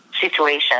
situation